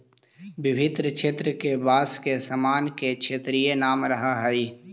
विभिन्न क्षेत्र के बाँस के सामान के क्षेत्रीय नाम रहऽ हइ